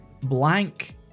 blank